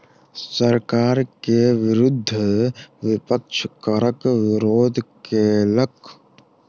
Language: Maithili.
सरकार के विरुद्ध विपक्ष करक विरोध केलक